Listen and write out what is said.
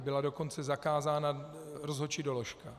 Byla dokonce zakázána rozhodčí doložka.